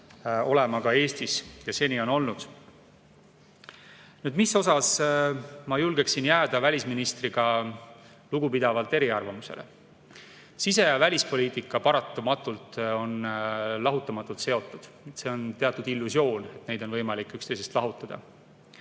olema ka Eestis ja on seni olnudki. Mis osas ma julgen jääda välisministriga lugupidavalt eriarvamusele? Sise- ja välispoliitika paratamatult on lahutamatult seotud. See on teatud illusioon, et neid on võimalik üksteisest lahutada.